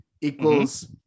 equals